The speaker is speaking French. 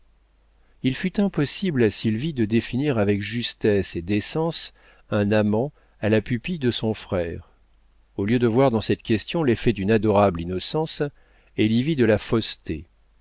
il fut impossible à sylvie de définir avec justesse et décence un amant à la pupille de son frère au lieu de voir dans cette question l'effet d'une adorable innocence elle y vit de la fausseté